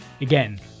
Again